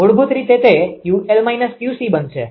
મૂળભૂત રીતે તે 𝑄𝑙 −𝑄𝐶 બનશે